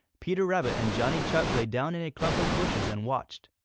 peter rabbit and johnny chuck lay down in a clump of bushes and watched.